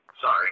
sorry